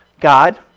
God